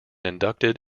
inducted